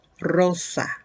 rosa